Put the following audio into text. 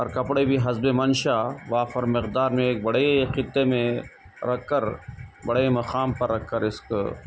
اور کپڑے بھی حسب منشا وافر مقدار میں ایک بڑے خطے میں رکھ کر بڑے مقام پہ رکھ کر اس کو